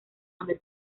donde